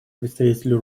представителю